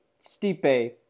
Stipe